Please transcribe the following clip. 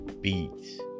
Beats